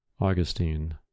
Augustine